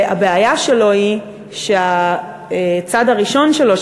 הבעיה שלו היא שהצד הראשון שלו,